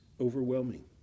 overwhelming